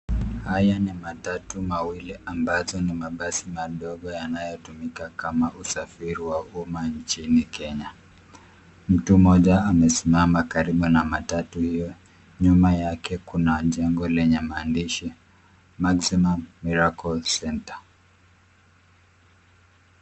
Haya ni matatu mawili ambazo ni mabasi madogo yanayotumika kama usafiri wa umma nchini Kenya. Mtu mmoja amesimama karibu na matatu hiyo. Nyuma yake kuna jengo lenye maandsihi maximum miracle centre.